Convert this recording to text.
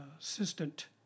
assistant